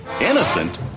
innocent